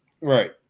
Right